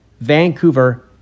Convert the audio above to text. Vancouver